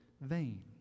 vain